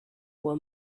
were